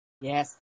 Yes